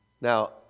Now